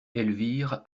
elvire